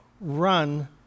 run